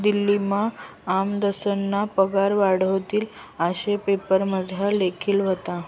दिल्लीमा आमदारस्ना पगार वाढावतीन आशे पेपरमझार लिखेल व्हतं